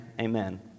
Amen